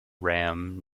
ram